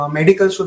medical